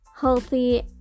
healthy